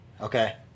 Okay